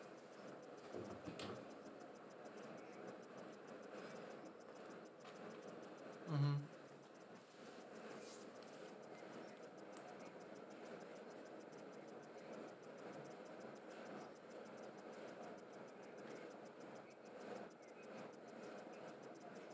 mmhmm